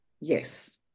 yes